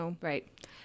right